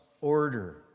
order